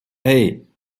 hey